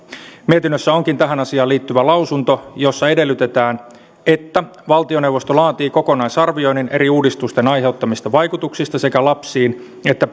mietinnössä onkin tähän asiaan liittyvä lausunto jossa edellytetään että valtioneuvosto laatii kokonaisarvioinnin eri uudistusten aiheuttamista vaikutuksista sekä lapsiin että